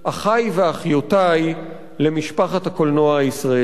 אחי ואחיותי למשפחת הקולנוע הישראלי,